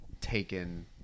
taken